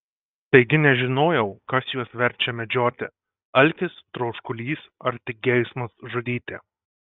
taigi nežinojau kas juos verčia medžioti alkis troškulys ar tik geismas žudyti